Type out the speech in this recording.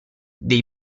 dei